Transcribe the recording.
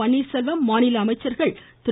பன்னீர்செல்வம் மாநில அமைச்சர்கள் திரு